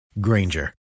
Granger